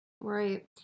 right